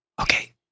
Okay